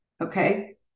Okay